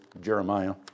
Jeremiah